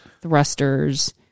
thrusters